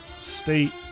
State